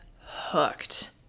hooked